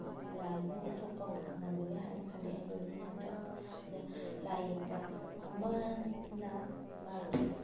ꯂꯥꯏꯗꯨꯅ ꯎꯠꯊꯣꯛꯄ ꯉꯝꯒꯅꯤ ꯍꯥꯏꯅ ꯈꯜꯂꯤ ꯑꯩꯒꯤ ꯑꯣꯏꯕ ꯃꯣꯠꯇ ꯑꯗꯣ ꯂꯥꯏ ꯌꯦꯛꯄ ꯑꯃꯅ ꯃꯍꯥꯛꯀꯤ